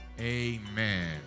Amen